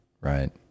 right